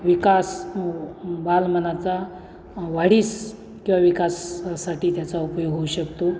विकास बालमनाचा वाढीस किंवा विकासासाठी त्याचा उपयोग होऊ शकतो